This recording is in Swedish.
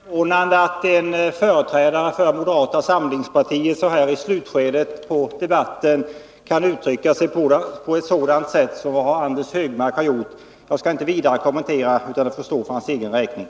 Herr talman! Det är förvånande att en företrädare för moderata samlingspartiet så här i slutskedet av debatten kan uttrycka sig så som Anders Högmark gjorde. Jag skall inte vidare kommentera det — det får stå för hans egen räkning.